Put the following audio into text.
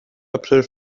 april